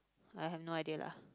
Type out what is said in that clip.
I have no idea lah